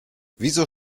wieso